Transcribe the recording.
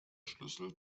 schlüssel